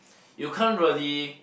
you can't really